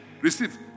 Receive